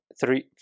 three